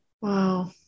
Wow